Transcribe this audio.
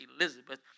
Elizabeth